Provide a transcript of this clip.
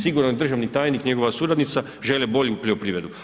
Sigurno i državni tajnik i njegova suradnica žele bolju poljoprivredu.